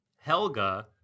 Helga